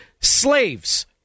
slaves